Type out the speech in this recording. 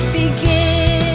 begin